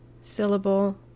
syllable